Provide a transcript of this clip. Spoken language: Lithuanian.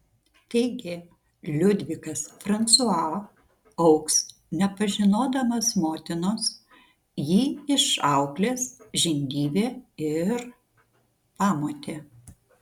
taigi liudvikas fransua augs nepažinodamas motinos jį išauklės žindyvė ir pamotė